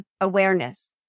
awareness